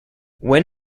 when